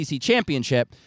championship